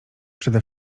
przede